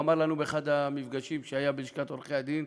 הוא אמר לנו באחד המפגשים שהיה בלשכת עורכי-הדין,